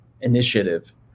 initiative